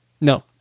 No